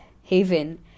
haven